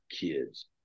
kids